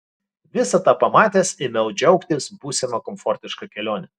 visą tą pamatęs ėmiau džiaugtis būsima komfortiška kelione